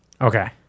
Okay